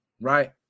right